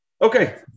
Okay